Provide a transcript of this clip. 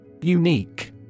Unique